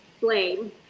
blame